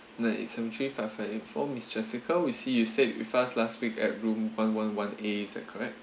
nine eight seven three five five eight four miss jessica we see you stayed with us last week at room one one one A is that correct